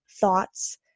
thoughts